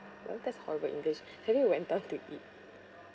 oh that's horrible english have you went out to eat